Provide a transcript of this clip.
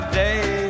day